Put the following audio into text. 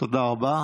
תודה רבה.